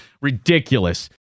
Ridiculous